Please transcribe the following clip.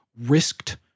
risked